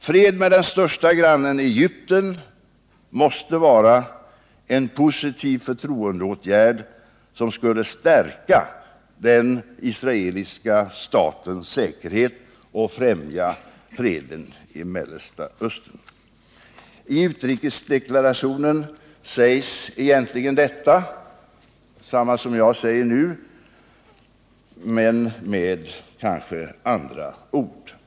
Fred med den största grannen Egypten måste vara en positiv förtroendeåtgärd, som skulle stärka den israeliska statens säkerhet och främja freden i Mellersta Östern. I utrikesdeklarationen sägs egentligen detsamma som jag nu har sagt, mer kanske med andra ord.